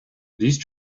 these